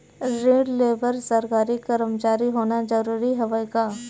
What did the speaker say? ऋण ले बर सरकारी कर्मचारी होना जरूरी हवय का?